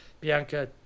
Bianca